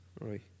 right